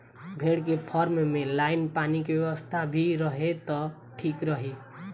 भेड़ के फार्म में लाइन पानी के व्यवस्था भी रहे त ठीक रही